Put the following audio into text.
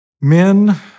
Men